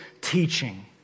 teaching